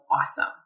awesome